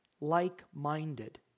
like-minded